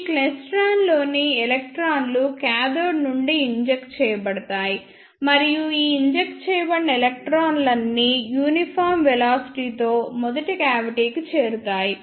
ఈ క్లైస్ట్రాన్లోని ఎలక్ట్రాన్లు కాథోడ్ నుండి ఇంజెక్ట్ చేయబడతాయి మరియు ఈ ఇంజెక్ట్ చేయబడిన ఎలక్ట్రాన్లన్నీ యూనిఫామ్ వెలాసిటీ తో మొదటి క్యావిటికి చేరుతాయి